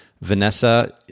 Vanessa